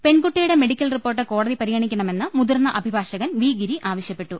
പെൺകുട്ടിയുടെ medical report കോടതി പരിഗണിക്കണമെന്ന് മുതിർന്ന അഭിഭാഷകൻ വി ഗിരി ആവശ്യപ്പെട്ട ട്ടു